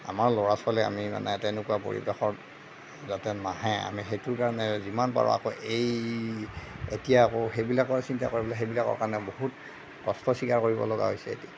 আমাৰ ল'ৰা ছোৱালীক আমি মানে তেনেকুৱা পৰিবেশত যাতে নাহে আমি সেইটো কাৰণে যিমান পাৰোঁ আকৌ এই এতিয়া আকৌ সেই বিলাকৰ চিন্তা কৰিবলৈ সেই বিলাকৰ কাৰণে বহুত কষ্ট স্বীকাৰ কৰিবলগীয়া হৈছে